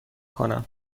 کنم